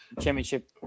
championship